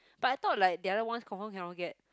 but I thought like the other ones confirm cannot get